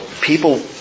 people